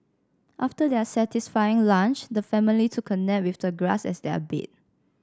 after their satisfying lunch the family took a nap with the grass as their bed